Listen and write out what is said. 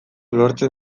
lortzen